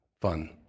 fun